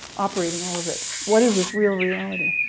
operating all of it? what is this real reality?